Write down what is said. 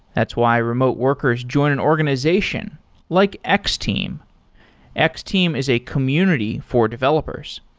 that's why remote workers join an organization like x-team. x-team is a community for developers.